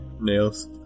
nails